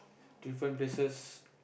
different places